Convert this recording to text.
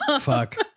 Fuck